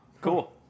cool